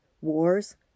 wars